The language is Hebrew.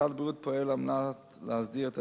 משרד הבריאות פועל על מנת להסדיר את